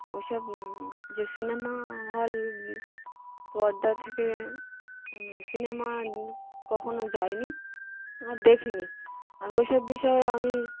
ওইসব যে cinema hall পর্দা থেকে আমরা সিনেমা কখনো যাইনি আর দেখিনি আর ওই সব বিষয়ে আমি